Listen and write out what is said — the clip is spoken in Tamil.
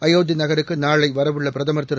அயோத்திநகருக்குநாளை வரவுள்ளபிரதமர் திரு